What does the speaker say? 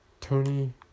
Tony